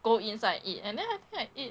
go inside eat and then I think I eat